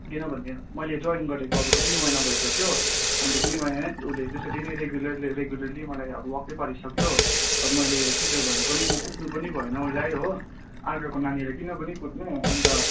किनभने मैले जोइन गरेको अब दुई महिना भइसक्यो अन्त दुई महिना नै उसले त्यसरी नै रेगुलरले रेगुलरली मलाई अब वाक्कै पारिसक्यो अब मैले टिचर भएर पनि म कुट्नु पनि भएन उसलाई हो अर्काको नानीलाई किन पनि कुट्नु अन्त